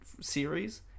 series